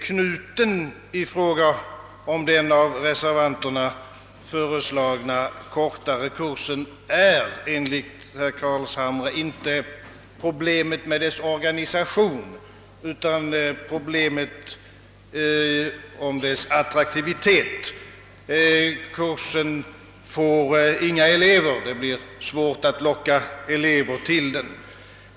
Knuten i fråga om den av reservanterna föreslagna kortare kursen är enligt herr Carlshamre inte problemet med dess organisation utan problemet med dess attraktivitet. Kursen får inga elever — det blir svårt att locka deltagare till kursen.